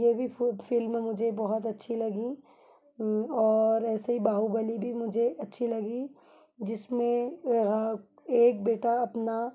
यह भी फु फ़िल्म मुझे बहुत अच्छी लगी और ऐसे ही बाहुबली भी मुझे अच्छी लगी जिसमें एक बेटा अपना